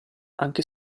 anche